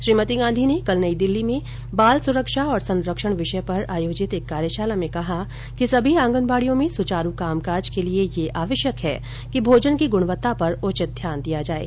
श्रीमती गांधी ने कल नई दिल्ली में बाल सुरक्षा एवं संरक्षण विषय पर आयोजित एक कार्यशाला में कहा कि सभी आंगनबाड़ियों में सुचारू कामकाज के लिए यह आवश्यक है कि भोजन की गुणवत्ता पर उचित ध्यान दिया जाएँ